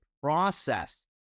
process